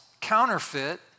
counterfeit